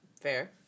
Fair